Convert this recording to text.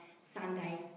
Sunday